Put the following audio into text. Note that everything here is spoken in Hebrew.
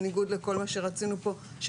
בניגוד לכל מה שרצינו פה,